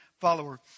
follower